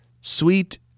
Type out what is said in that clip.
Sweet